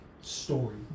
story